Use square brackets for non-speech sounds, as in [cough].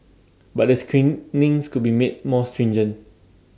but the screen [unintelligible] could be made more stringent